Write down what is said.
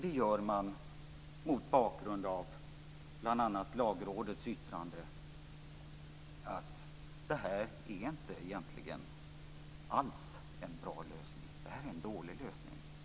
Det gör man mot bakgrund av bl.a. Lagrådets yttrande att detta inte alls är en bra lösning utan en dålig lösning.